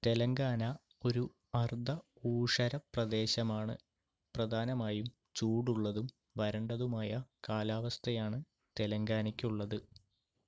തെലങ്കാന ഒരു അർദ്ധ ഊഷര പ്രദേശമാണ് പ്രധാനമായും ചൂടുള്ളതും വരണ്ടതുമായ കാലാവസ്ഥയാണ് തെലങ്കാനയ്ക്കുള്ളത്